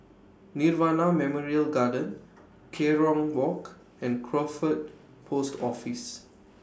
Nirvana Memorial Garden Kerong Walk and Crawford Post Office